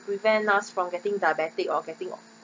prevent us from getting diabetic or getting